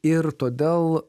ir todėl